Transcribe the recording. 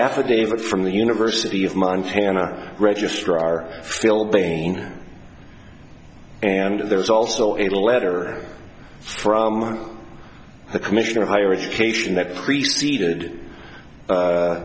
affidavit from the university of montana registrar phil bain and there's also a letter from the commissioner of higher education that preceded